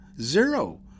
Zero